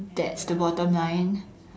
that's the bottom line